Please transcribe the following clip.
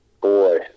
Boy